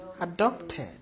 adopted